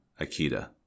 Akita